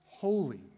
holy